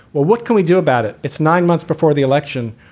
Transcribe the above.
what can we do about it? it's nine months before the election.